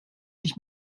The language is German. ich